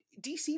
DC